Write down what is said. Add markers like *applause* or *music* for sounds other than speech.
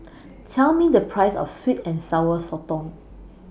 *noise* Tell Me The Price of Sweet and Sour Sotong